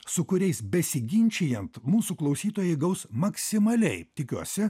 su kuriais besiginčijant mūsų klausytojai gaus maksimaliai tikiuosi